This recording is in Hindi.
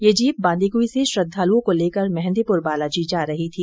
ये जीप बांदीकुई से श्रद्धालुओं को लेकर मेंहदीपुर बालाजी जा रही थी